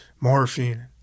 morphine